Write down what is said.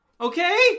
Okay